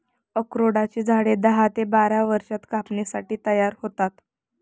अक्रोडाची झाडे दहा ते बारा वर्षांत कापणीसाठी तयार होतात